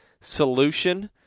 solution